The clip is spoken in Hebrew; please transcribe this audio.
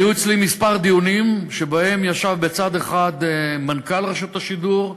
היו אצלי כמה דיונים שבהם ישב בצד אחד מנכ"ל רשות השידור,